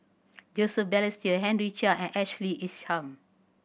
Joseph Balestier Henry Chia and Ashley Isham